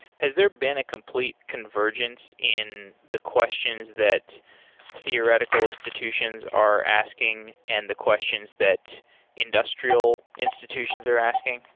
has there been a complete convergence in the questions that theoretical institutions are asking and the questions that industrial institutions are asking?